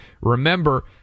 Remember